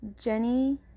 Jenny